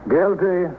Guilty